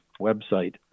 website